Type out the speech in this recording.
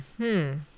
-hmm